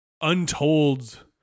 untold